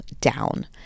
down